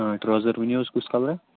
آ ٹرورز ؤنِو حظ کُس کلر